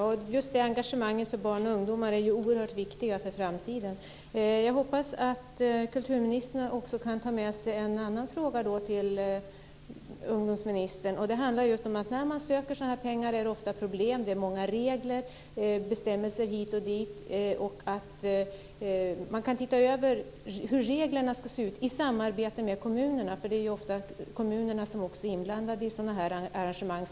Fru talman! Just engagemanget för barn och ungdomar är oerhört viktigt för framtiden. Jag hoppas att kulturministern också kan ta med sig en annan fråga till ungdomsministern. När man söker pengar är det ofta problem. Det är många regler och bestämmelser hit och dit. Man skulle kunna titta över hur reglerna ska se ut i samarbete med kommunerna, för det är ju ofta kommunerna som är inblandade i sådana här arrangemang.